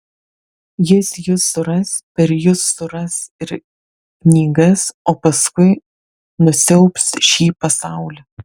jis jus suras per jus suras ir knygas o paskui nusiaubs šį pasaulį